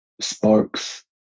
sparks